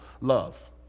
Love